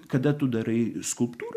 kada tu darai skulptūrą